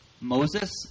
Moses